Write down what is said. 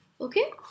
Okay